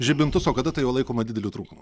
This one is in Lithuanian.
žibintus o kada tai jau laikoma dideliu trūkumu